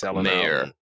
mayor